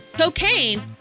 Cocaine